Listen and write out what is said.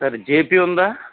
సరే జేపీ ఉందా